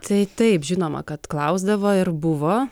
tai taip žinoma kad klausdavo ir buvo